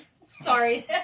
Sorry